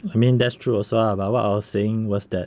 I mean that's true also lah but what I was saying was that